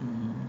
mmhmm